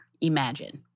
imagine